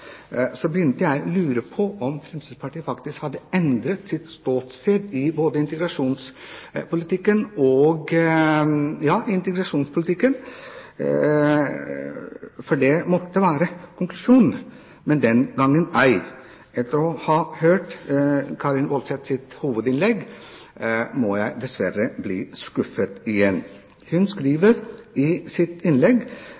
begynte jeg å lure på om Fremskrittspartiet faktisk hadde endret sitt ståsted i integrasjonspolitikken. Det måtte være konklusjonen, men den gang ei. Etter å ha hørt Karin S. Woldseths hovedinnlegg ble jeg dessverre skuffet igjen. Hun